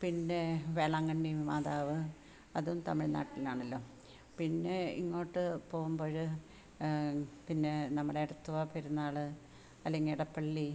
പിന്നെ വേളാങ്കണ്ണി മാതാവ് അതും തമിഴ് നാട്ടിലാണല്ലോ പിന്നെ ഇങ്ങോട്ട് പോകുമ്പോൾ പിന്നെ നമ്മുടെ എടത്വ പെരുന്നാൾ അല്ലെങ്കിൽ എടപ്പള്ളി